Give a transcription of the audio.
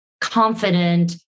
confident